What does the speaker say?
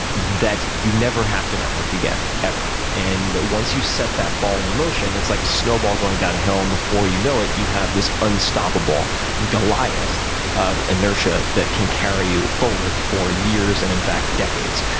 ah that you never have to network again, ever. and once you set that ball in motion, it's like a snowball going down a hill and before you know it, you have this unstoppable goliath of inertia that can carry you forward for years and, in fact, decades.